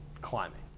climbing